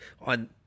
on